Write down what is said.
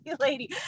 lady